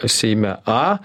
seime a